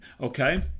okay